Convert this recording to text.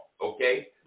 Okay